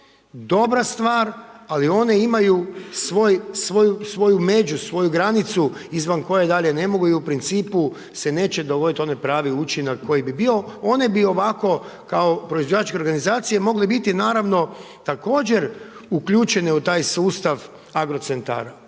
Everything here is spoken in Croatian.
dobra stvar ali one imaju svoju među, svoju granicu izvan koje dalje ne mogu i u principu se neće dogoditi onaj pravi učinak koji bi bio. One bi ovako kao proizvođačke organizacije mogle biti naravno također uključene u taj sustav Agrocentara.